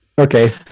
Okay